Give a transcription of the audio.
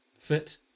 fit